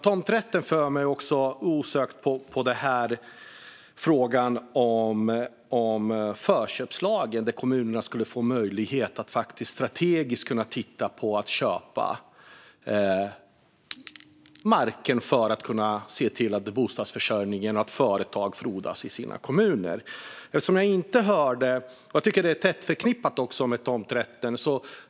Tomträtten för mig osökt till frågan om förköpslagen. Där skulle kommunerna få möjlighet att strategiskt titta på att köpa marken för att kunna se till att bostadsförsörjningen och företag frodas i kommunerna. Jag tycker att frågan är tätt förknippad med tomträtten.